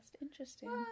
Interesting